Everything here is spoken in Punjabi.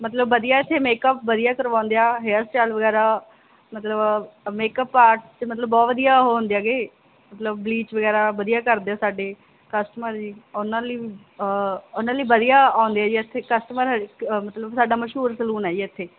ਮਤਲਬ ਵਧੀਆ ਇੱਥੇ ਮੇਕਅਪ ਵਧੀਆ ਕਰਵਾਉਂਦੇ ਆ ਹੇਅਰ ਸਟਾਇਲ ਵਗੈਰਾ ਮਤਲਬ ਮੇਕਅਪ ਆਰਟ 'ਚ ਮਤਲਬ ਬਹੁਤ ਵਧੀਆ ਉਹ ਹੁੰਦੇ ਹੈਗੇ ਮਤਲਬ ਬਲੀਚ ਵਗੈਰਾ ਵਧੀਆ ਕਰਦੇ ਆ ਸਾਡੇ ਕਸਟਮਰ ਜੀ ਉਹਨਾਂ ਲਈ ਉਹਨਾਂ ਲਈ ਵਧੀਆ ਆਉਂਦੇ ਆ ਜੀ ਇੱਥੇ ਕਸਟਮਰ ਮਤਲਬ ਸਾਡਾ ਮਸ਼ਹੂਰ ਸਲੂਨ ਆ ਜੀ ਇੱਥੇ